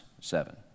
seven